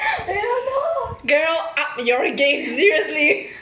girl up your game seriously